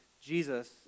Jesus